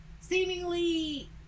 Seemingly